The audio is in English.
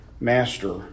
master